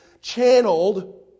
channeled